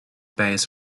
based